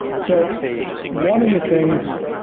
so one of the things,